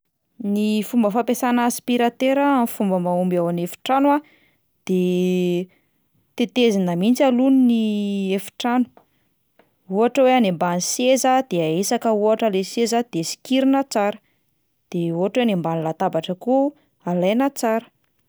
Ny fomba fampiasana aspiratera amin'ny fomba mahomby ao an'efitrano a: de tetezina mihitsy aloha ny efitrano, ohatra hoe any ambany seza de ahisaka ohatra le seza de sikirina tsara, de ohatra hoe any ambany latabatra koa alaina tsara.